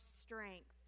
strength